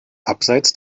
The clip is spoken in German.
abseits